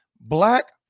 black